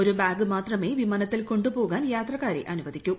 ഒരു ബാഗ് മാത്രമേ വിമാനത്തിൽ കൊ ് പോകാൻ യാത്രക്കാരെ അനുവദിക്കൂ